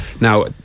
Now